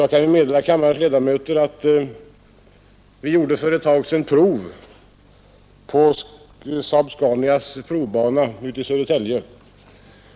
Jag kan meddela kammarens ledamöter att vi för en tid sedan gjorde prov på Saab-Scanias provbana i Södertälje.